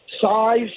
size